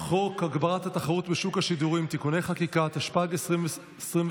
חוק הגברת התחרות בשוק השידורים (תיקוני חקיקה) התשפ"ג 2023,